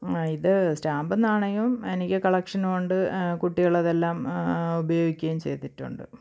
ഇത് സ്റ്റാമ്പും നാണയവും എനിക്ക് കളക്ഷനും ഉണ്ട് കുട്ടികൾ അതെല്ലാം ഉപയോഗിക്കുകയും ചെയ്തിട്ടുണ്ട്